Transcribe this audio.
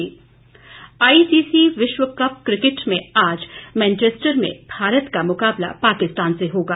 विश्व cup ICC विश्व cup cricket में आज मेनचेस्टर में भारत का मुकाबला पाकिस्तान से होगा